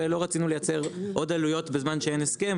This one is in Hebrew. ולא רצינו לייצר עוד עלויות בזמן שאין הסכם.